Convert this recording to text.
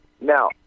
Now